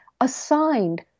assigned